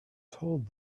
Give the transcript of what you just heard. told